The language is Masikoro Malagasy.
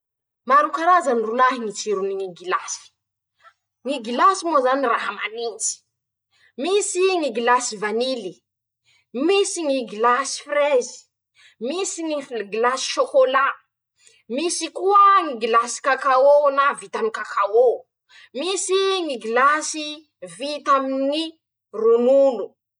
Maro karazany rolahy ñy tsirony ñy gilasy<kôkôrikôo>: ñy gilasy moa zany raha manintsy; misy ñy gilasy vanily, misy ñy gilasy frezy, misy ñy f gilasy sôkôlà, misy koa ñy gilasy kakaô na vita aminy kakaô, misy ñy gilasy vita aminy, ronono.